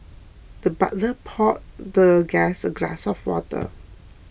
the butler poured the guest a glass of water